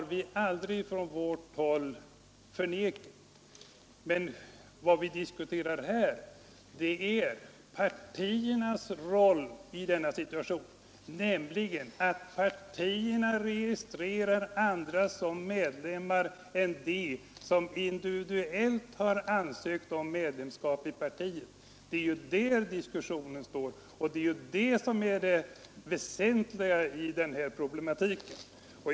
Från vårt håll har vi aldrig förnekat detta. Vad vi här diskuterar är att partierna registrerar andra som medlemmar än sådana som individuellt ansökt om medlemskap i partiet. Det är ju härom diskussionen står, och det är detta som är det väsentliga i denna problematik.